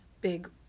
big